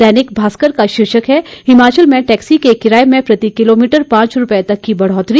दैनिक भास्कर का शीर्षक है हिमाचल में टैक्सी के किराए में प्रतिकिलोमीटर पांच रूपये तक की बढ़ोतरी